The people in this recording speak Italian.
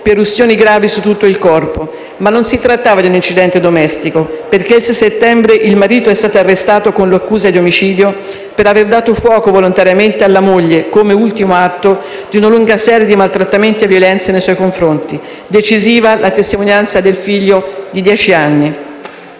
per ustioni gravi su tutto il corpo. Ma non si trattava di un incidente domestico: il 6 settembre il marito è stato arrestato con l'accusa di omicidio, per avere dato fuoco volontariamente alla moglie, come ultimo atto di una lunga serie di maltrattamenti e violenze nei suoi confronti. Decisiva è stata la testimonianza del figlio di dieci anni.